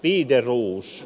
ii peruus